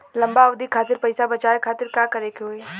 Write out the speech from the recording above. लंबा अवधि खातिर पैसा बचावे खातिर का करे के होयी?